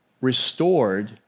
restored